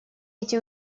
эти